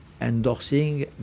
endorsing